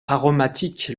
aromatique